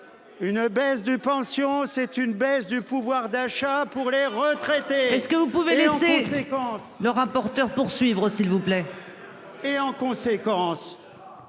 Une baisse du pension c'est une baisse du pouvoir d'achat pour les retraités. Est ce que vous pouvez laisser séquence. Ne remportèrent poursuivre s'il vous plaît.